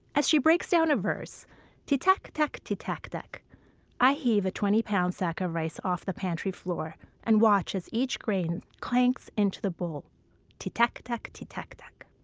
as she breaks down a verse tee, tak, tak, tee, tak, tak i heave a twenty-pound sack of rice off the pantry floor and watch as each grain clanks into the bowl tee, tak, tak, tee, tak, tak.